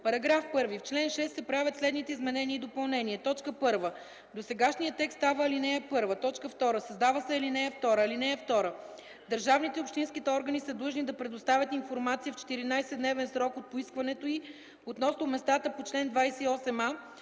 § 1: „§ 1. В чл. 6 се правят следните изменения и допълнения: 1. Досегашният текст става ал. 1. 2. Създава се ал. 2: „(2) Държавните и общинските органи са длъжни да предоставят информация в 14-дневен срок от поискването й относно местата по чл. 28а,